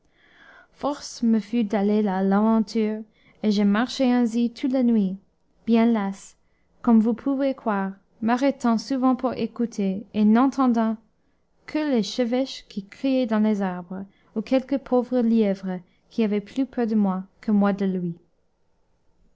force me fut d'aller à l'aventure et je marchai ainsi toute la nuit bien las comme vous pouvez croire m'arrêtant souvent pour écouter et n'entendant que les chevêches qui criaient dans les arbres ou quelque pauvre lièvre qui avait plus peur de moi que moi de lui